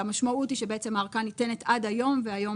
אבל המשמעות היא שבעצם הארכה ניתנת עד היום והיום